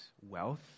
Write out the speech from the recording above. wealth